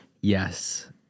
Yes